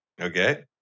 Okay